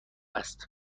است